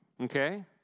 Okay